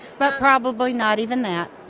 but probably not even that.